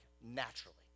naturally